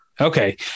Okay